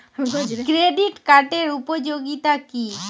Credit কার্ডের উপযোগিতা কি?